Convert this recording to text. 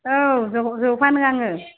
औ जौ फानो आङो